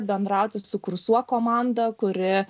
bendrauti su kursuo komanda kuri